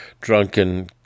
drunken